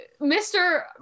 Mr